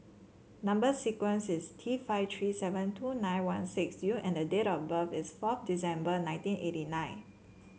number sequence is T five three seven two nine one six U and date of birth is forth December nineteen eighty nine